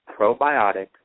probiotic